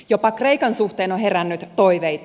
jopa kreikan suhteen on herännyt toiveita